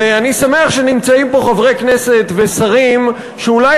ואני שמח שנמצאים פה חברי כנסת ושרים שאולי